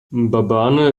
mbabane